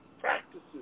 practices